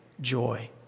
joy